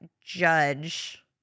judge